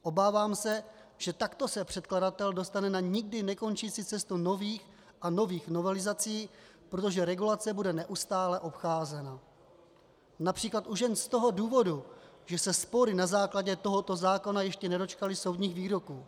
Obávám se, že takto se předkladatel dostane na nikdy nekončící cestu nových a nových novelizací, protože regulace bude neustále obcházena např. už jen z toho důvodu, že se spory na základě tohoto zákona ještě nedočkaly soudních výroků.